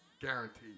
Guaranteed